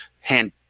Hand